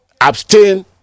abstain